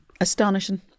Astonishing